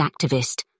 activist